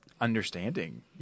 understanding